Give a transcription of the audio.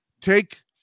take